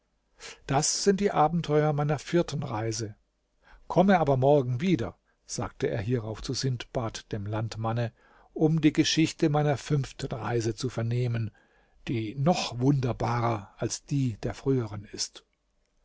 das sind die abenteuer meiner vierten reise komme aber morgen wieder sagte er hierauf zu sindbad dem landmanne um die geschichte meiner fünften reise zu vernehmen die noch wunderbarer als die der früheren ist